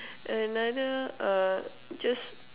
another uh just